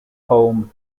poem